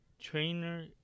trainer